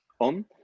on